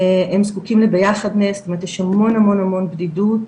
הם זקוקים ל'ביחדנס', יש המון המון המון בדידות,